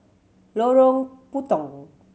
Lorong Putong